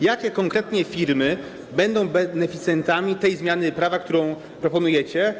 Jakie konkretnie firmy będą beneficjentami tej zmiany prawa, którą proponujecie?